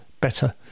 better